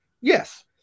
Yes